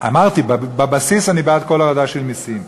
אמרתי: בבסיס אני בעד כל הורדה של מסים,